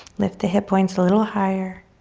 lift the hip points a little higher.